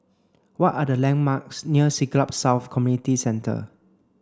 what are the landmarks near Siglap South Community Centre